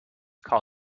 call